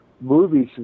movies